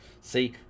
See